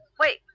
Wait